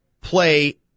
play